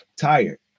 tired